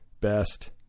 Best